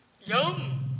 Yum